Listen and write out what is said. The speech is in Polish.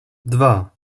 dwa